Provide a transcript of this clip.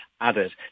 added